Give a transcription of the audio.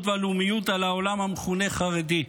והלאומיות על העולם המכונה חרדי.